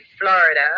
Florida